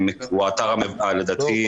הוא אתר לדעתי,